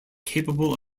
capable